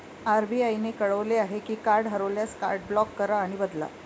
RBI ने कळवले आहे की कार्ड हरवल्यास, कार्ड ब्लॉक करा आणि बदला